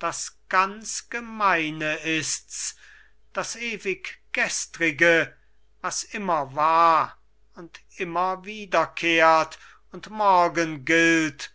das ganz gemeine ists das ewig gestrige was immer war und immer wiederkehrt und morgen gilt